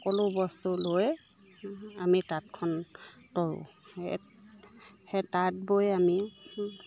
সকলো বস্তু লৈ আমি তাঁতখন কৰোঁ সেই তাঁত বৈ আমি